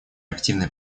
активной